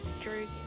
Jersey